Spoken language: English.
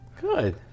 Good